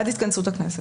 עד התכנסות הכנסת.